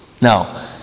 Now